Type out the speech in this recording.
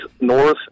north